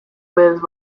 with